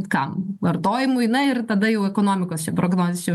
kam vartojimui na ir tada jau ekonomikos čia prognozės čia jau